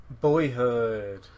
Boyhood